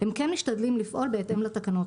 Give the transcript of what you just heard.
הם כן משתדלים לפעול בהתאם לתקנות,